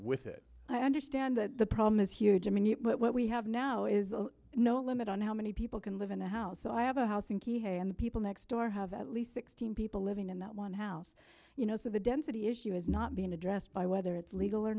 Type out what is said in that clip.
with it i understand that the problem is huge i mean what we have now is no limit on how many people can live in a house so i have a house and the people next door have at least sixteen people living in that one house you know so the density issue is not being addressed by whether it's legal or